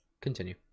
Continue